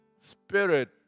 spirit